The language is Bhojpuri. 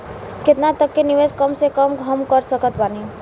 केतना तक के निवेश कम से कम मे हम कर सकत बानी?